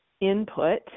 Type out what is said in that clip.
input